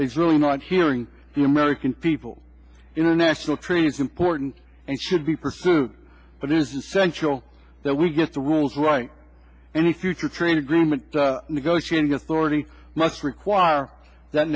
he's really not hearing the american people international treaty is important and should be pursued but it is essential that we get the rules right and the future train agreement the negotiating authority must require that